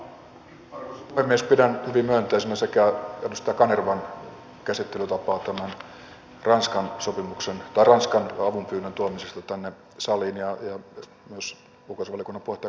pidän hyvin myönteisenä sekä edustaja kanervan esiintuomaa käsittelytapaa tämän ranskan avunpyynnön tuomisessa tänne saliin että myös ulkoasiainvaliokunnan puheenjohtaja kaikkosen ilmoitusta